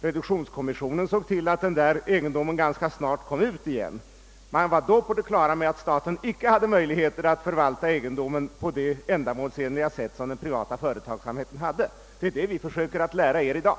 Reduktionskommissionen såg till att den egendomen ganska snart kom ut igen, eftersom man redan då var på det klara med att staten icke hade möjligheter att förvalta egendom på det ändamålsenliga sätt som den privata företagsamheten hade. Det är det vi försöker lära er i dag.